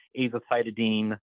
azacitidine